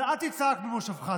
אבל אל תצעק ממושבך.